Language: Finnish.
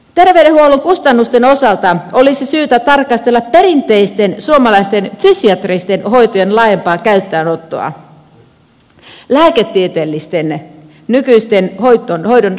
terveydenhuollon kustannusten osalta olisi syytä tarkastella perinteisten suomalaisten fysiatristen hoitojen laajempaa käyttöönottoa nykyisten lääketieteellisten hoitojen rinnalle